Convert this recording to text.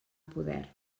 poder